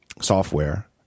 software